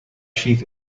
chief